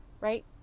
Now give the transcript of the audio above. right